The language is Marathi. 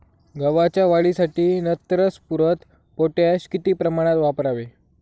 गव्हाच्या वाढीसाठी नत्र, स्फुरद, पोटॅश किती प्रमाणात वापरावे?